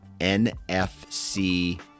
nfc